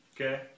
Okay